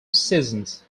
seasons